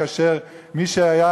כאשר מי שהיה,